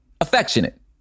affectionate